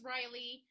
Riley